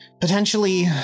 potentially